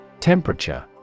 Temperature